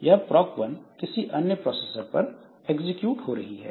यह proc 1 किसी अन्य प्रोसेसर पर एग्जीक्यूट हो रही है